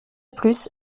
plus